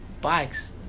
bikes